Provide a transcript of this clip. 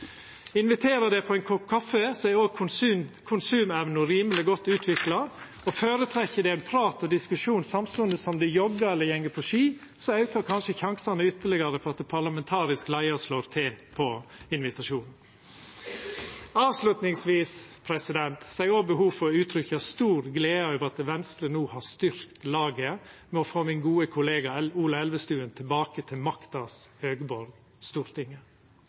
Inviterer de på ein kopp kaffi, er òg konsumevna rimeleg godt utvikla, og om de føretrekk ein prat og diskusjon samstundes som de joggar eller går på ski, aukar kanskje sjansane ytterlegare for at ein parlamentarisk leiar slår til på invitasjonen. Avslutningsvis har eg òg behov for å uttrykkja stor glede over at Venstre no har styrkt laget ved å få min gode kollega Ola Elvestuen tilbake til makta si høgborg, Stortinget.